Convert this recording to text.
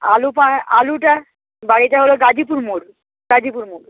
আলু আলুটা বাড়িটা হলো গাজিপুর মোড় গাজিপুর মোড়